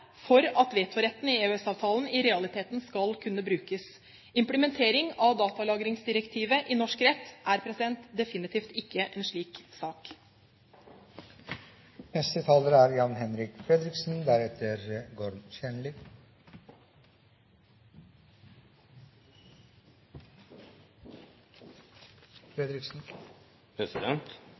for at vetoretten i EØS-avtalen i realiteten skal kunne brukes. Implementering av datalagringsdirektivet i norsk rett er definitivt ikke en slik